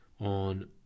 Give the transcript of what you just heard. on